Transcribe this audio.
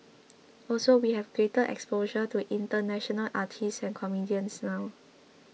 also we have greater exposure to international artists and comedians now